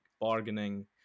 bargaining